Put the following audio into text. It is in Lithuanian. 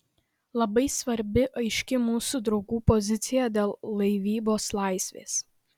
labai svarbi aiški mūsų draugų pozicija dėl laivybos laisvės